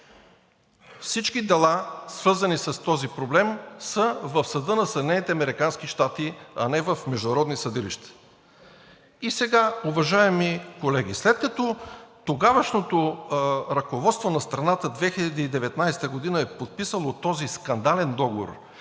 всички дела, свързани с този проблем, са в съда на Съединените американски щати, а не в международни съдилища. И сега, уважаеми колеги, след като тогавашното ръководство на страната – 2019 г., е подписало този скандален договор,